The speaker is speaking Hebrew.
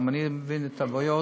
גם אני מבין את הבעיות,